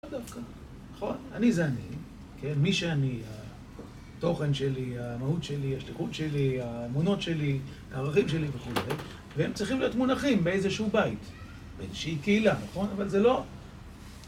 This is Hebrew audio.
לא דווקא, נכון? אני זה אני, כן? מי שאני, התוכן שלי, המהות שלי, השליחות שלי, האמונות שלי, הערכים שלי וכו' והם צריכים להיות מונחים באיזשהו בית, באיזושהי קהילה, נכון? אבל זה לא